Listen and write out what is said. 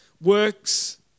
works